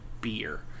beer